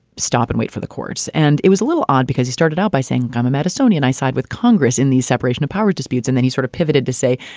stop and wait for the courts. and it was a little odd because he started out by saying, i'm madisonian. i side with congress in the separation of powers disputes. and then he sort of pivoted to say,